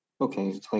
okay